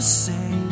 say